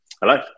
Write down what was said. Hello